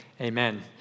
amen